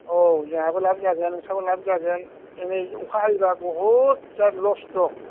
औ जोंहाबो लाभ जागोन नोंस्राबो लाभ जागोन दोनै अखा हायोब्ला बहुद जा लस दं